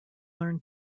learn